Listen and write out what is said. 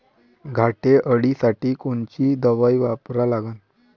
घाटे अळी साठी कोनची दवाई वापरा लागन?